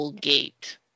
gate